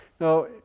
Now